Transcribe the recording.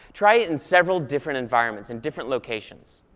try it in several different environments and different locations.